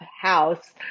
house